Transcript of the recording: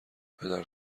پدر